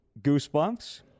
Goosebumps